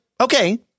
okay